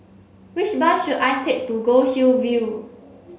which bus should I take to Goldhill View